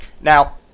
Now